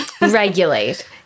regulate